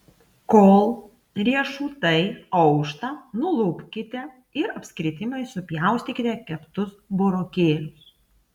kol riešutai aušta nulupkite ir apskritimais supjaustykite keptus burokėlius